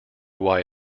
why